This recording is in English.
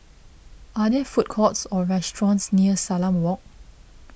are there food courts or restaurants near Salam Walk